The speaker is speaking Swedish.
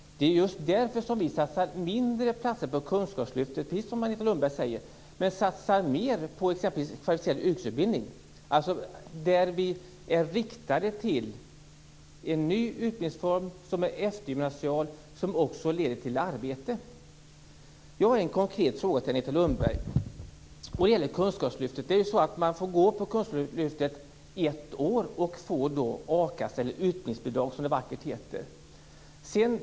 Det är just därför som vi satsar mindre på kunskapslyftet, precis som Agneta Lundberg säger, men mer på kvalificerad yrkesutbildning, en ny utbildningsform som är eftergymnasial och som också leder till arbete. Jag har en konkret fråga till Agneta Lundberg. Det är så att man får gå på kunskapslyftet ett år och få akassebidrag, eller utbildningsbidrag som det vackert heter.